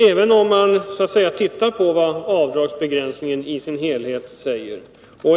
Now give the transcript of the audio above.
Låt oss se på vad avdragsbegränsningen i sin helhet innebär.